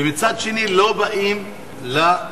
ומצד שני לא באים למכרזים.